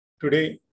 Today